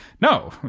no